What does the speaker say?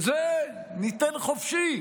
את זה ניתן חופשי.